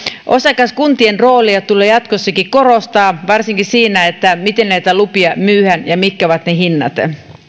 osakaskuntien roolia tulee jatkossakin korostaa varsinkin siinä miten näitä lupia myydään ja mitkä ovat ne hinnat